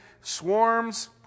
swarms